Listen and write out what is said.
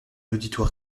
auditoire